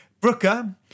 Brooker